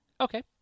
okay